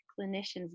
clinicians